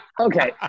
Okay